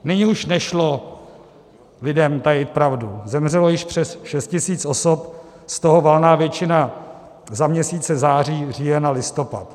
Nyní už nešlo lidem tajit pravdu, zemřelo již přes 6 tisíc osob, z toho valná většina za měsíce září, říjen a listopad.